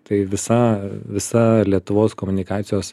tai visa visa lietuvos komunikacijos